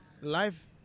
life